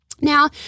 Now